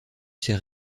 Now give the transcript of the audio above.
ces